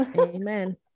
Amen